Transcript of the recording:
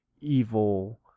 evil